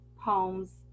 poems